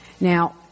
Now